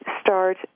start